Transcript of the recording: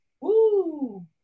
Woo